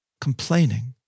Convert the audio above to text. complaining